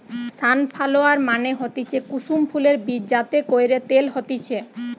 sunflower মানে হতিছে কুসুম ফুলের বীজ যাতে কইরে তেল হতিছে